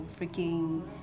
freaking